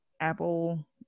Apple